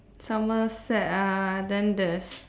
Somerset ah then there's